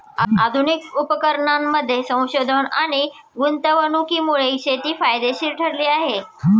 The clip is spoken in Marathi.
आधुनिक उपकरणांमध्ये संशोधन आणि गुंतवणुकीमुळे शेती फायदेशीर ठरली आहे